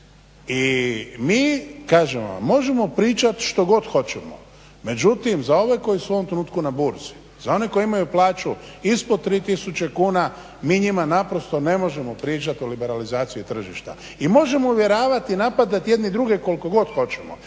I mi kažem vam možemo pričati što god hoćemo, međutim za ove koji su u ovom trenutku na burzi za one koji imaju plaću ispod 3 tisuće kuna mi njima ne možemo pričati o liberalizaciji tržišta. I možemo uvjeravati i napadati jedni druge koliko god hoćemo,